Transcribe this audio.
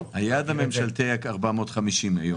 אנחנו --- היעד הממשלתי הוא 450 היום.